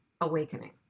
awakening